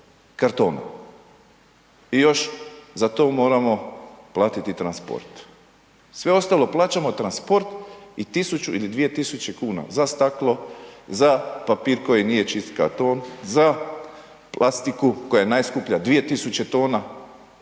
kartona i još za to moramo platiti transport. Sve ostalo plaćamo transport i 1000 ili 2000 kn za staklo, za papir koji nije čisti karton, za plastiku koja je najskuplja 2000 tona,